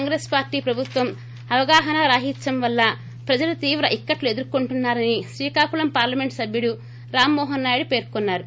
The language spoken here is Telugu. కాంగ్రెస్ పార్లీ ప్రభుత్వం అవగాహనారాహిత్యం వల్ల ప్రజలు తీవ్ర ఇక్కట్టు ఎదుర్కొంటున్నా రని శ్రీకాకుళం పార్లమెంట్ సబ్యుడు రామ్మోహన్ నాయుడు పేర్కున్నారు